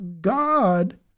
God